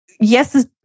Yes